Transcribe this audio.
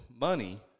money